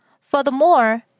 Furthermore